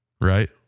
Right